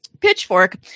Pitchfork